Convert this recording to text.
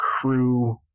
crew